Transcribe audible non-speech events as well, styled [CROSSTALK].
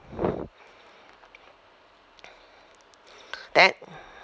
[BREATH] that [BREATH]